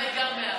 מאי גם בעד.